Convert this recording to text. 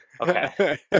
okay